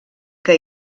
que